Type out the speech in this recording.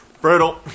brutal